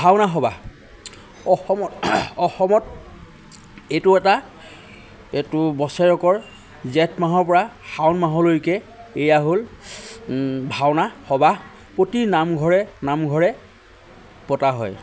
ভাওনা সবাহ অসমত অসমত এইটো এটা এইটো বছৰেকৰ জেঠ মাহৰ পৰা শাওণ মাহলৈকে এয়া হ'ল ও ভাওনা সবাহ প্ৰতি নামঘৰে নামঘৰে পতা হয়